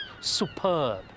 superb